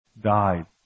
died